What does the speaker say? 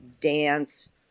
dance